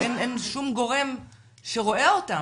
אין שום גורם שרואה אותם.